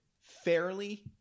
fairly